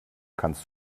kannst